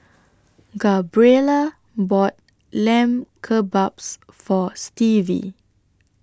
Gabriela bought Lamb Kebabs For Stevie